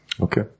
Okay